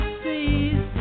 seas